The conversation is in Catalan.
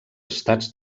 estats